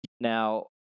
Now